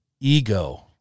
Ego